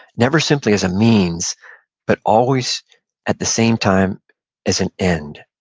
never simply as a means but always at the same time as an end.